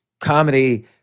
comedy